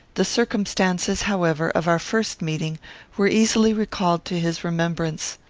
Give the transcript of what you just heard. the circumstances, however, of our first meeting were easily recalled to his remembrance.